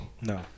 No